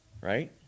Right